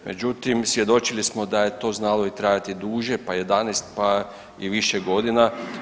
Međutim svjedočili smo da je to znalo i trajati i duže, pa 11, pa i više godina.